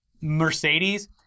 Mercedes